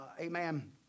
Amen